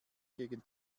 gegen